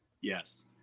Yes